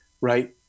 right